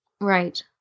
Right